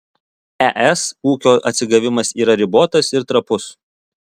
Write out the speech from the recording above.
es ūkio atsigavimas yra ribotas ir trapus